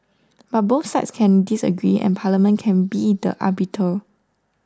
but both sides can disagree and Parliament can be the arbiter